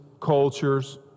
cultures